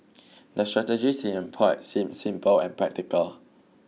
the strategies he employed seemed simple and practical